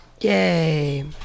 Yay